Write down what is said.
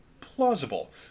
plausible